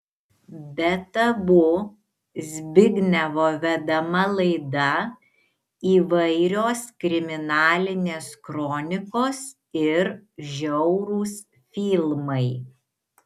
be tabu zbignevo vedama laida įvairios kriminalinės kronikos ir žiaurūs filmai